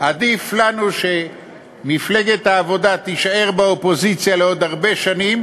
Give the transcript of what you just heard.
עדיף לנו שמפלגת העבודה תישאר באופוזיציה לעוד הרבה שנים,